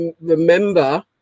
remember